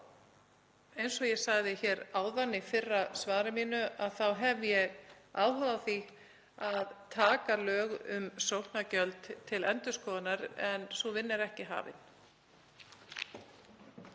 Eins og ég sagði hér áðan í fyrra svari mínu hef ég áhuga á því að taka lög um sóknargjöld til endurskoðunar en sú vinna er ekki hafin.